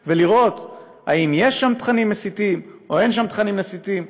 ולראות אם יש שם תכנים מסיתים או אין שם תכנים מסיתים.